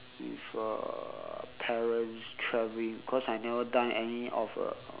with uh parents traveling cause I've never done any of uh